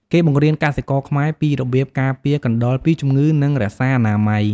គេបង្រៀនកសិករខ្មែរពីរបៀបការពារកណ្តុរពីជំងឺ និងរក្សាអនាម័យ។